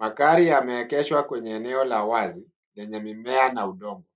Magari yameegeshwa kwenye eneo la wazi lenye mimea na udongo.